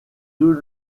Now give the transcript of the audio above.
deux